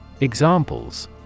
Examples